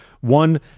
one